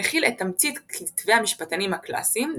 מכיל את תמצית כתבי המשפטנים הקלאסיים,